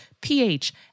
pH